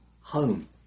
home